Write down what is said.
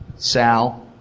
sal,